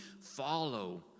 follow